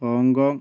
Hong Kong